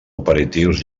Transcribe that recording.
operatius